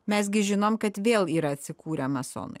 mes gi žinom kad vėl yra atsikūrę masonai